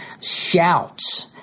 shouts